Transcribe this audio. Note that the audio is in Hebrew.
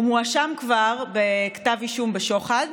הוא מואשם כבר בכתב אישום בשוחד,